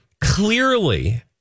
clearly